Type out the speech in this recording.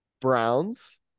Browns